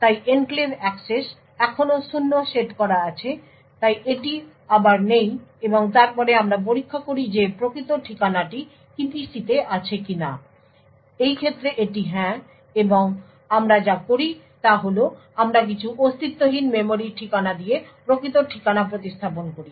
তাই enclave access এখনও শূন্য সেট করা আছে তাই এটি আবার নেই এবং তারপরে আমরা পরীক্ষা করি যে প্রকৃত ঠিকানাটি EPC তে আছে কিনা এই ক্ষেত্রে এটি হ্যাঁ এবং আমরা যা করি তা হল আমরা কিছু অস্তিত্বহীন মেমরি ঠিকানা দিয়ে প্রকৃত ঠিকানা প্রতিস্থাপন করি